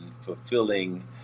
fulfilling